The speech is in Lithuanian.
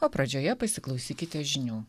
o pradžioje pasiklausykite žinių